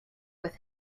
with